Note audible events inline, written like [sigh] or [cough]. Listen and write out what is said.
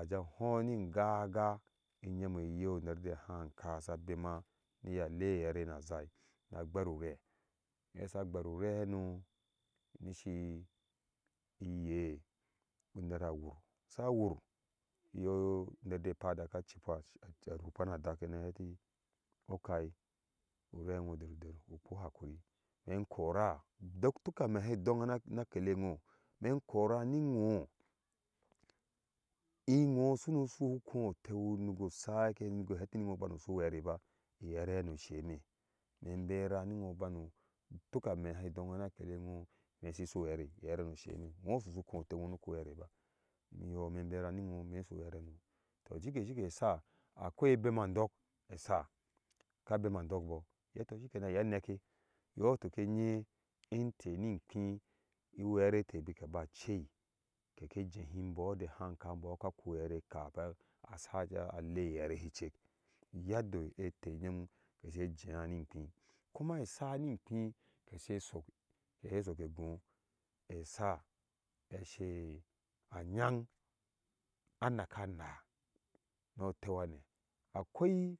Aja hoii ni ŋga ga inyome eye uner de hangka asa bema ni iye a lie iɛre na zhai na gberu ɔre iye sa gber ure hano nishi iye unera a wur sa wur iye uner de pada ka cikpa [hesitation] a rukpa na adeke na heti okhai ure ŋo deri uder ukpu hakuri ime ŋkora due tuk ame heidɔɲ na kele ŋo ime ŋkora niŋo i ŋo sunu su hu kho o teu nugui sake nugui heti ŋiŋo banu su uɛre ba iɛve hano iseme me mbeva ni no banu utuk ame heidɔŋ na kele no ime shi shu uɛvei ielve hano iseme ŋo susu kho ɔteu ŋo sunu su uɛveba domin iyɔɔ me mberani nɔ ime su uɛre hano tɔ jike jike esa akoi obema ndɔk esa ka beme ndɔk bɔɔ yei tɔ shike nan iye anake iyo tuke enyeinte ninkpi uɛre ete bika ba ce kek jechi mbo de nangka mbo ka ku uɛre kapa a saike a a alei iɛve shi cek uyedde ete nyom kese jeya ninkpi hi kuma ɛsa ni ninkpi kese sok kese soke ghoa ɛsa ni nikpi kese jeya ninkpi hi kuma esa ashe anyang anaka naa nu oteu hane akoi